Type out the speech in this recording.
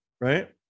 right